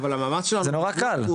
זה נורא קל.